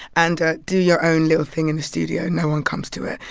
and do your own little thing in the studio. no one comes to it.